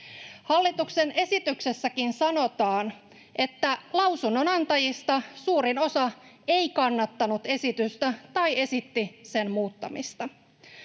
Hallituksen esityksessäkin sanotaan, että lausunnonantajista suurin osa ei kannattanut esitystä tai esitti sen muuttamista.